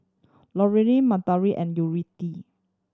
Lorayne Madalyn and Yuridia